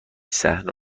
صحنه